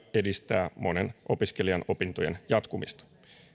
edistää monen opiskelijan opintojen jatkumista